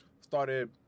started